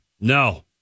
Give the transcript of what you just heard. No